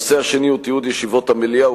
הנושא השני הוא תיעוד ישיבות המליאה.